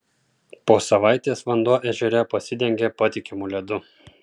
po savaitės vanduo ežere pasidengė patikimu ledu